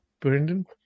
Brendan